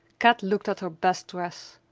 kat looked at her best dress.